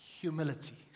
humility